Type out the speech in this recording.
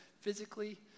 physically